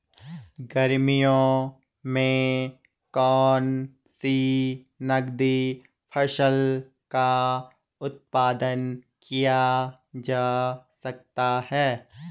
गर्मियों में कौन सी नगदी फसल का उत्पादन किया जा सकता है?